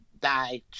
die